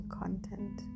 content